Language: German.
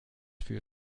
für